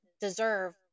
deserve